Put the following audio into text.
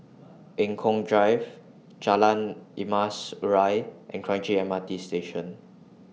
Eng Kong Drive Jalan Emas Urai and Kranji M R T Station